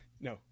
No